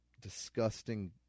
disgusting